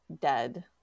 dead